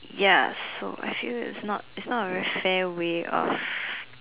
ya so I feel it's not it's not a very fair way of